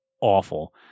awful